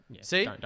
See